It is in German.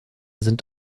sind